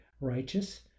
righteous